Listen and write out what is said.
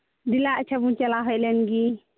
ᱫᱮᱞᱟ ᱟᱪᱪᱷᱟ ᱵᱚᱱ ᱪᱟᱞᱟᱣ ᱦᱮᱡ ᱞᱮᱱᱜᱮ